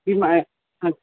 किं